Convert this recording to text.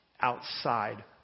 outside